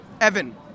Evan